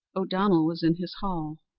o'donnell was in his hall,